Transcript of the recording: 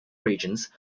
regions